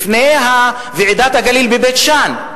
לפני ועידת הגליל בבית-שאן,